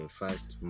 first